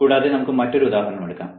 കൂടാതെ നമുക്ക് മറ്റൊരു ഉദാഹരണം എടുക്കാം